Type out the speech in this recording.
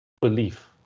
belief